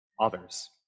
others